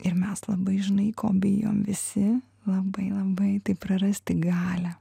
ir mes labai žinai ko bijom visi labai labai tai prarasti galią